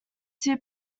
two